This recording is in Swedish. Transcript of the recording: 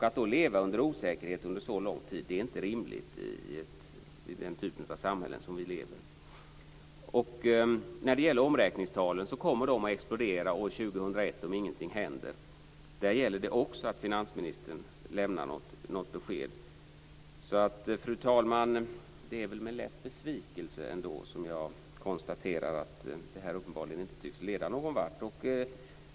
Att leva under osäkerhet under så lång tid är inte rimligt i den typ av samhälle som vi lever i. Omräkningstalen kommer att explodera år 2001 om ingenting händer. Där gäller det också att finansministern lämnar ett besked. Fru talman! Det är med lätt besvikelse som jag konstaterar att detta inte tycks leda någon vart.